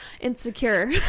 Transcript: insecure